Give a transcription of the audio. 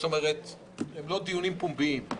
זאת אומרת הם לא דיונים פומביים,